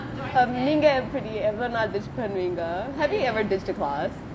hmm நீங்க எப்படி எவ்வளோ நாலு:neenge eppadi evalo naalu ditch பண்ணுவிங்கே:pannuvingae have you ever ditched a class